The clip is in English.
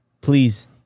Please